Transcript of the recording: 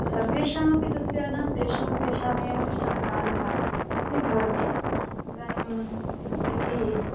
सर्वेषामपि सस्यानां तेषां तेषामेव कश्चन कालः इति भवति इदानीं यदि